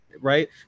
right